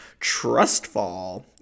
Trustfall